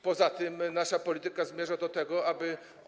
Poza tym nasza polityka zmierza do tego, aby.